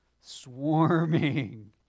swarming